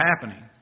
happening